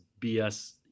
BS